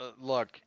look